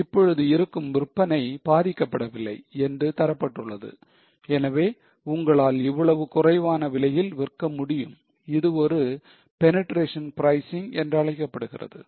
இப்போது இருக்கும் விற்பனை பாதிக்கப்படவில்லை என்று தரப்பட்டுள்ளது எனவே உங்களால் இவ்வளவு குறைவான விலையில் விற்க முடியும் இது ஒரு penetration pricing என்று அழைக்கப்படுகிறது